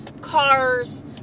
cars